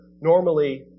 Normally